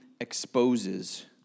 exposes